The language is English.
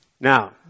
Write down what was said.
Now